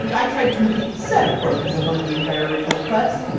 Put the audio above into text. but i tried to complete the set, of course, because i wanted the entire original quest,